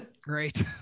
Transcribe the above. Great